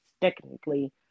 technically